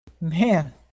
Man